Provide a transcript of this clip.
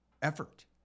effort